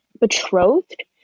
betrothed